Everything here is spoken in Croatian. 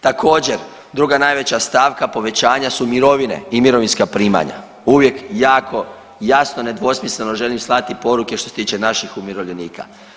Također, druga najveća stavka povećanja su mirovine i mirovinska primanja, uvijek jako jasno nedvosmisleno želim slati poruke što se tiče naših umirovljenika.